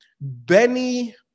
Benny